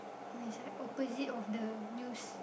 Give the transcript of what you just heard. who is like opposite of the news